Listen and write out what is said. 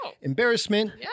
embarrassment